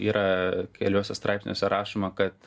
yra keliuose straipsniuose rašoma kad